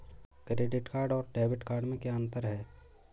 Credit card और debit card में क्या अंतर है?